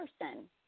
person